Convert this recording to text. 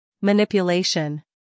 Manipulation